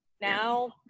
now